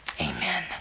Amen